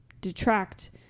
detract